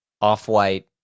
off-white